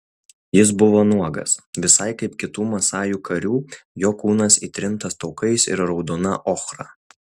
jis buvo nuogas visai kaip kitų masajų karių jo kūnas įtrintas taukais ir raudona ochra